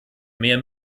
mehr